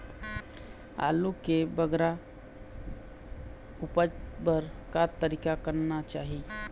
आलू के बगरा उपज बर का तरीका करना चाही?